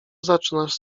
zaczynasz